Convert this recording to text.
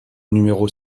numéro